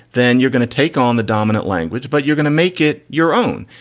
then you're going to take on the dominant language, but you're going to make it your own.